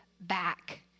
back